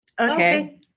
Okay